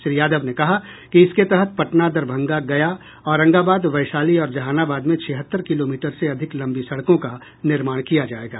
श्री यादव ने कहा कि इस के तहत पटना दरभंगा गया औरंगाबाद वैशाली और जहानाबाद में छिहत्तर किलोमीटर से अधिक लंबी सड़कों का निर्माण किया जाएगा